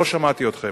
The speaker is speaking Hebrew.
לא שמעתי אתכם.